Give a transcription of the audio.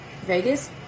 Vegas